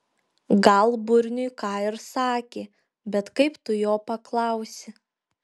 gal burniui ką ir sakė bet kaip tu jo paklausi